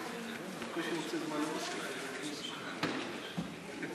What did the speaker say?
גפני וחבריו הבטיחו לי להיכנס כשאני מדברת.